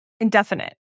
indefinite